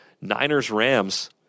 Niners-Rams